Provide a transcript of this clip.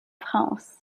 france